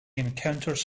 encounters